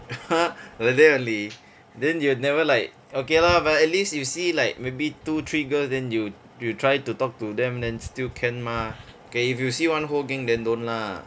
!huh! like that only then you have never like okay lah but at least you see like maybe two three girls then you you try to talk to them then still can mah okay if you see one whole gang then don't lah